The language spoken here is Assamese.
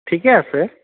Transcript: ঠিকে আছে